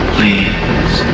Please